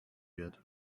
wird